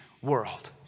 world